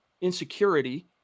insecurity